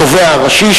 התובע הראשי,